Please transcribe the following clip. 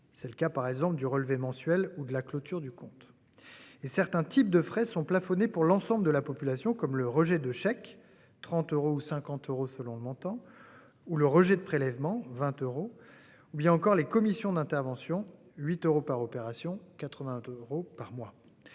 C'est le cas par exemple du relevé mensuel ou de la clôture du compte. Et certains types de frais sont plafonnées pour l'ensemble de la population comme le rejet de chèque 30 euros ou 50 euros selon le montant ou le rejet de prélèvement 20 euros ou bien encore les commissions d'intervention, 8 euros par opération. Euros par mois.